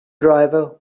driver